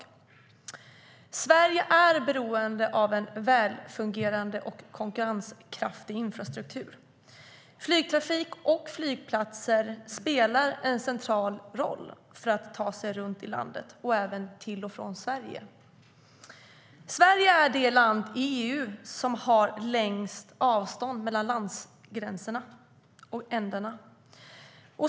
Sverige är beroende av en välfungerande och konkurrenskraftig infrastruktur. Flygtrafik och flygplatser spelar en central roll för att man ska kunna ta sig runt i landet och även till och från Sverige. Sverige är det land i EU som har längst avstånd mellan landets gränser.